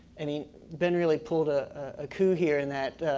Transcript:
i mean been really pull a coup here and that,